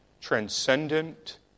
transcendent